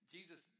Jesus